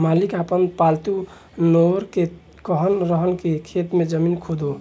मालिक आपन पालतु नेओर के कहत रहन की खेत के जमीन खोदो